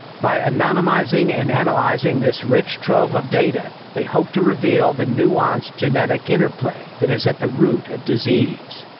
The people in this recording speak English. by anonymizing and analyzing this rich trove of data, they hope to reveal the nuanced genetic interplay that is at the root of disease.